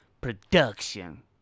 production